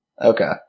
Okay